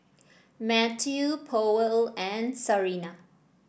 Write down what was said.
Matthew Powell and Sarina